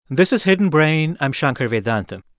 this is hidden brain. i'm shankar vedantam.